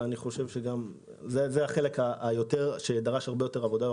אני חושב שזה החלק שדרש הרבה יותר עבודה,